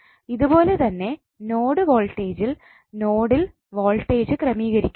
ഇതുപോലെതന്നെ നോഡ് വോൾട്ടേജിൽ നോഡിൽ വോൾടേജ് ക്രമീകരിക്കുന്നു